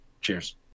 cheers